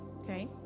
okay